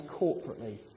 corporately